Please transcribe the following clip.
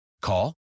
Call